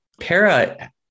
Para